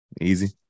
Easy